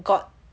got